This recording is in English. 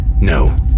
No